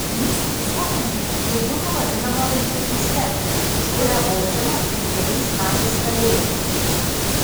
mūsų visuomenėje tai būtų vadinama vaikžudyste už kurią baudžiama penkeriais metais kalėjimo